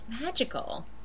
Magical